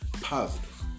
positive